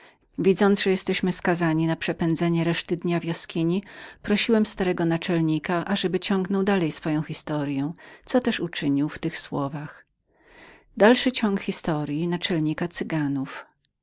widząc że byliśmy skazani na przepędzenie reszty dnia w jaskini prosiłem starego naczelnika ażeby ciągnął dalej swoją historyę co też uczynił w tych słowach